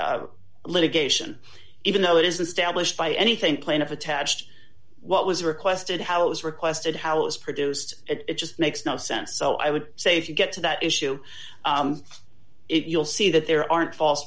litigation even though it is a stablished by anything plaintiff attached what was requested how it was requested how it's produced it just makes no sense so i would say if you get to that issue it you'll see that there aren't false